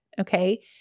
okay